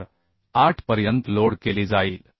48 पर्यंत लोड केली जाईल